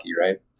right